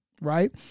right